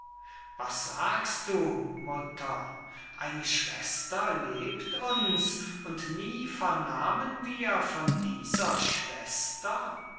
was sagst du mutter eine schwester lebt uns und nie vernahmen wir von dieser schwester